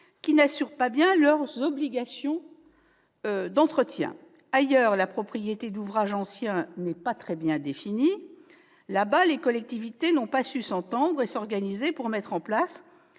qui n'assurent pas bien leurs obligations d'entretien. Ailleurs, la propriété d'ouvrages anciens n'est pas bien définie. Là-bas, les collectivités n'ont pas su s'entendre et s'organiser pour mettre en place